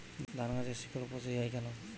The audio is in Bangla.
ধানগাছের শিকড় পচে য়ায় কেন?